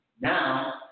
Now